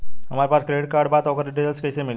हमरा पास credit card बा त ओकर डिटेल्स कइसे मिली?